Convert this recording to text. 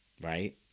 Right